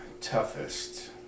Toughest